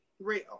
Real